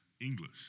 English